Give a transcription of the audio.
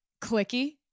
clicky